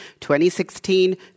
2016